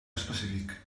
específic